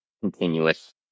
continuous